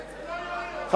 כנסת, זה לא יו-יו.